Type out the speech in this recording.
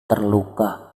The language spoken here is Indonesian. terluka